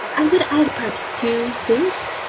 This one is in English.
i would add perhaps two things.